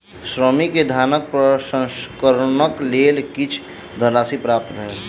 श्रमिक के धानक प्रसंस्करणक लेल किछ धनराशि प्राप्त भेल